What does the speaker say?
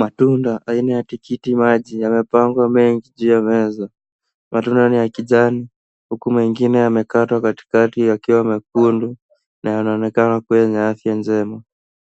Matunda aina ya tikiti maji yamepangwa mengi juu ya meza. Matunda ni ya kijani huku mengine yamekatwa katikati yakiwa mekundu na yanaonekana yenye afya njema.